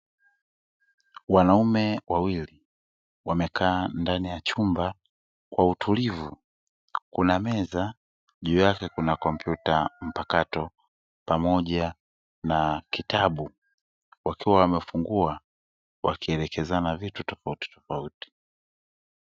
Wanaume wawili wamekaa ndani ya chumba kwa utulivu kuna meza juu yake kuna kompyuta mpakato pamoja na kitabu, wakiwa wamefungua wakielekezana vitu tofautitofauti.